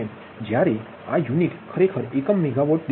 જ્યારે આ યુનિટ ખરેખર એકમ મેગાવોટ દીઠ છે